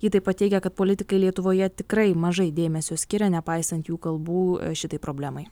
ji taip pat teigia kad politikai lietuvoje tikrai mažai dėmesio skiria nepaisant jų kalbų šitai problemai